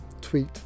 Tweet